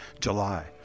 July